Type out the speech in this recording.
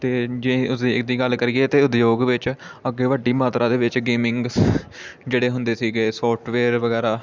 ਅਤੇ ਜੇ ਅਸੀਂ ਇਸ ਦੀ ਗੱਲ ਕਰੀਏ ਤਾਂ ਉਦਯੋਗ ਵਿੱਚ ਅੱਗੇ ਵੱਡੀ ਮਾਤਰਾ ਦੇ ਵਿੱਚ ਗੇਮਿੰਗਸ ਜਿਹੜੇ ਹੁੰਦੇ ਸੀਗੇ ਸੋਫਟਵੇਅਰ ਵਗੈਰਾ